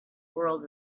world